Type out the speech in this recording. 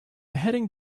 heading